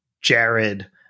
Jared